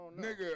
nigga